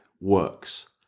works